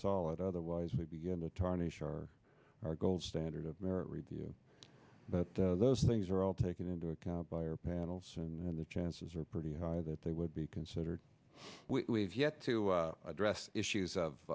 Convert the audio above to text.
solid otherwise we begin to tarnish our our gold standard of merit review but those things are all taken into account by or panels and the chances are pretty high that they would be considered we've yet to address issues of